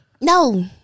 No